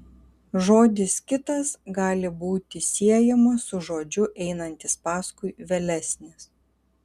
žodis kitas gali būti siejamas su žodžiu einantis paskui vėlesnis